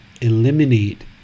eliminate